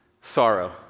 sorrow